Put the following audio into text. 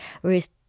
Whereas